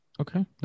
okay